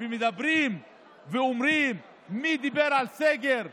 ומדברים ואומרים: מי דיבר על סגר?